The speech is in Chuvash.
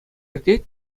иртет